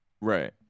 right